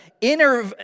inner